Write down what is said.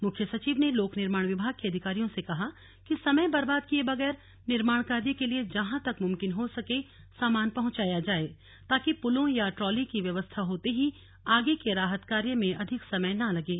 मुख्य सचिव ने लोक निर्माण विभाग के अधिकारियों से कहा कि समय बर्बाद किये बगैर निर्माण कार्य के लिए जहां तक मुमकिन हो सके सामान पहुंचाया जाए ताकि पुलों या ट्रॉली की व्यवस्था होते ही आगे के राहत कार्य में अधिक समय न लगे